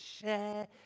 share